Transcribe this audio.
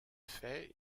fait